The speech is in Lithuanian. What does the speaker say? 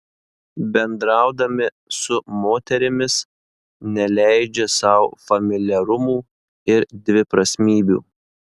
bendraudami su moterimis neleidžia sau familiarumų ir dviprasmybių